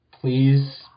please